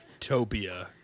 topia